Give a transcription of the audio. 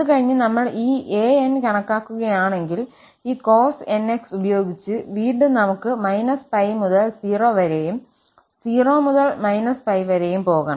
അതുകഴിഞ്ഞ് നമ്മൾ ഈ 𝑎𝑛 കണക്കാക്കുകയാണെങ്കിൽ ഈ cos𝑛𝑥 ഉപയോഗിച്ച് വീണ്ടും നമുക്ക് −𝜋 മുതൽ 0 വരെയും 0 മുതൽ −𝜋 വരെയും പോകണം